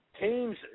teams